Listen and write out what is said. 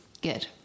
Good